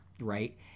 right